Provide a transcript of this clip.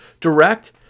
direct